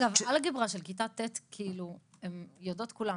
אבל אלגברה של כיתה ט' הן יודעות כולן,